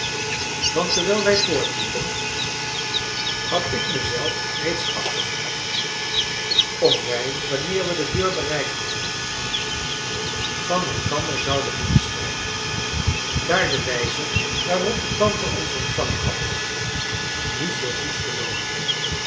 want terwijl wij voortliepen had ik mezelf reeds afgevraagd of wij wanneer we de deur bereikt hadden van elkander zouden moeten scheiden daar de wijze waarop de tante ons ontvangen had niet veel goeds beloofde